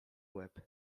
łeb